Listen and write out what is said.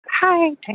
Hi